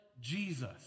Jesus